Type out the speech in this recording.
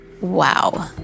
Wow